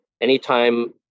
anytime